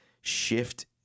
shift